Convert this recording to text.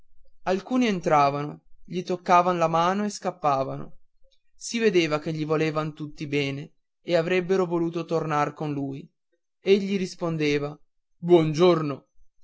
alcuni entravano gli toccavan la mano e scappavano si vedeva che gli volevan bene e che avrebbero voluto tornare con lui egli rispondeva